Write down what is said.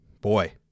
Boy